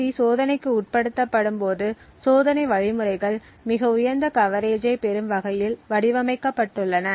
C சோதனைக்கு உட்படுத்தப்படும்போது சோதனை வழிமுறைகள் மிக உயர்ந்த கவரேஜைப் பெறும் வகையில் வடிவமைக்கப்பட்டுள்ளன